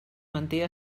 manté